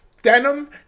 Denim